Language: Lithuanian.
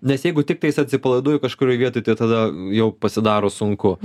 nes jeigu tiktais atsipalaiduoju kažkurioj vietoj tai tada jau pasidaro sunku